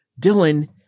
Dylan